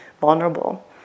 vulnerable